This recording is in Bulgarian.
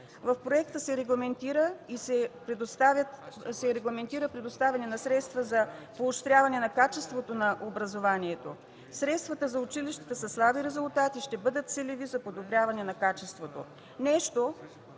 В проекта се регламентира предоставяне на средства за поощряване на качеството на образованието. Средствата за училищата със слаби резултати ще бъдат целеви за подобряване на качеството.